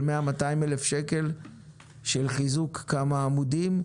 100,000 שקל או 200,000 שקל של חיזוק כמה עמודים,